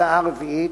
ההצעה הרביעית,